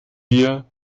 wir